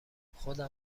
خودمم